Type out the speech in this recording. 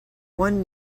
one